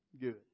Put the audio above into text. good